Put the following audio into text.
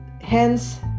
Hence